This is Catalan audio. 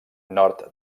nord